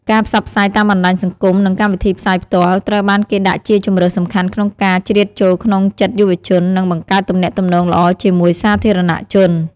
ការផ្សព្វផ្សាយតាមបណ្តាញសង្គម និងកម្មវិធីផ្សាយផ្ទាល់ ត្រូវបានគេដាក់ជាជម្រើសសំខាន់ក្នុងការជ្រៀតចូលក្នុងចិត្តយុវជន និងបង្កើតទំនាក់ទំនងល្អជាមួយសាធារណជន។